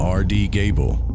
rdgable